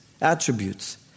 attributes